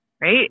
right